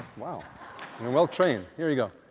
wow, you're well trained. here you go.